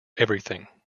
everything